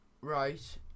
Right